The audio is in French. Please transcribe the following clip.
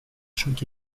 choc